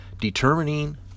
determining